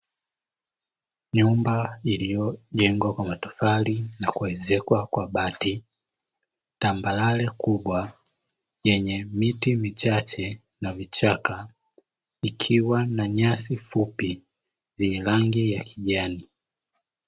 Nyumba iliyojengwa kwa matofali na kuezekwa kwa bati, tambarare kubwa yenye miti michache na vichaka, ikiwa na nyasi fupi yenye rangi ya kijani.